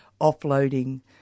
offloading